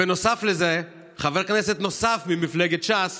נוסף לזה, חבר כנסת ממפלגת ש"ס